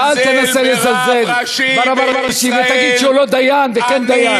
אל תנסה לזלזל ברב הראשי ותגיד שהוא לא דיין וכן דיין.